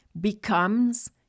becomes